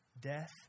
death